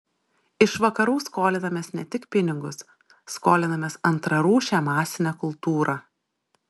iš vakarų skolinamės ne tik pinigus skolinamės antrarūšę masinę kultūrą